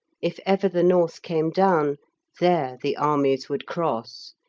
if ever the north came down there the armies would cross.